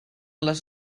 les